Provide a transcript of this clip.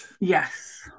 Yes